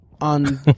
On